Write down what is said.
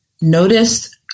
Notice